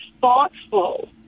thoughtful